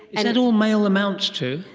and that all male amounts to?